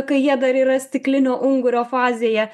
kai jie dar yra stiklinio ungurio fazėje